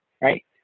right